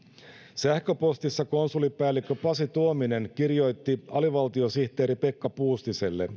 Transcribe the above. sähköpostissa konsulipäällikkö pasi tuominen kirjoitti alivaltiosihteeri pekka puustiselle